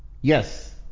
yes